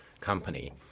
company